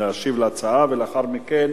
להשיב על ההצעה, ולאחר מכן